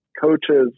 coaches